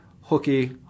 hooky